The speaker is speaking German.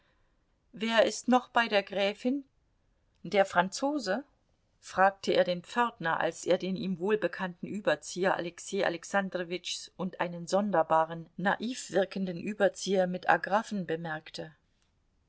wer ist noch bei der gräfin der franzose fragte er den pförtner als er den ihm wohlbekannten überzieher alexei alexandrowitschs und einen sonderbaren naiv wirkenden überzieher mit agraffen bemerkte